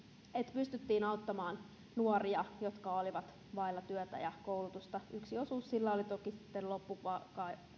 pystyttiin auttamaan nuoria jotka olivat vailla työtä ja koulutusta yksi osuus sillä oli toki sitten